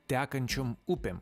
tekančiom upėm